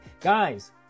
Guys